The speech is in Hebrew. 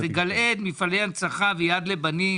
זה גל-עד, מפעלי הנצחה ויד לבנים.